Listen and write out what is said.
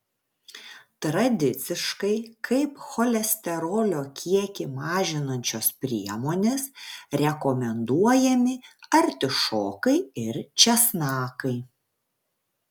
tradiciškai kaip cholesterolio kiekį mažinančios priemonės rekomenduojami artišokai ir česnakai